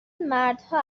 مردها